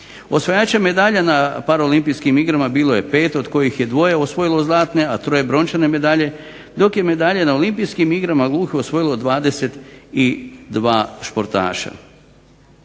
Osvajačem medalja na paraolimpijskim igrama bilo je 5 od kojih je dvoje osvojilo zlatne, a troje brončane medalje dok je medalje na Olimpijskim igrama ukupno osvojilo 22 športaša.